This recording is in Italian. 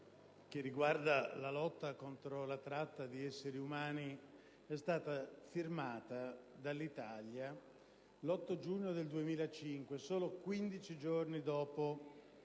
d'Europa sulla lotta contro la tratta di esseri umani è stata firmata dall'Italia l'8 giugno 2005, solo 15 giorni dopo